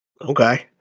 Okay